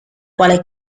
quale